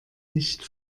nicht